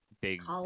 big